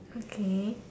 okay